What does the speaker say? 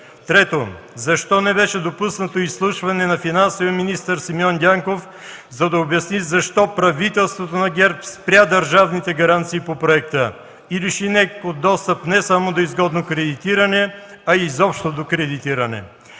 Трето, защо не беше допуснато изслушване на финансовия министър Симеон Дянков, за да обясни защо правителството на ГЕРБ спря държавните гаранции по проекта и лиши НЕК от достъп не само до изгодно кредитиране, а изобщо до кредитиране?